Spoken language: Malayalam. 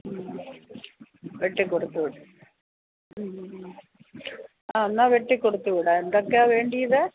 ഉം വെട്ടിക്കൊടുത്ത് വിടാം ഉം ഉം ഉം ആ എന്നാൽ വെട്ടി കൊടുത്ത് വിടാം എന്തൊക്കെയാണ് വേണ്ടത്